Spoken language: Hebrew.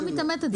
לא מתעמתת,